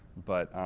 but,